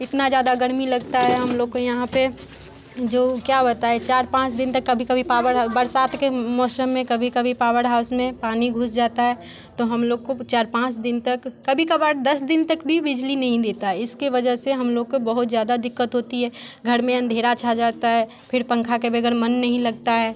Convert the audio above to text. इतना ज़्यादा गर्मी लगता है हम लोग को यहाँ पे जो क्या बताए चार पाँच दिन तक कभी कभी पावर बरसात के मौसम में कभी कभी पावर हाउस में पानी घुस जाता है तो हम लोग को चार पाँच दिन तक कभी कबार दस दिन तक भी बिजली नहीं देता इसके वजह से हम लोग को बहुत ज़्यादा दिक्कत होती है घर में अंधेरा छा जाता है फिर पंखा के वगैर मन नहीं लगता है